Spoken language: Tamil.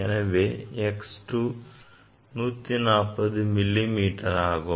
எனவே x2 140 மில்லி மீட்டராகும்